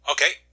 Okay